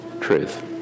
truth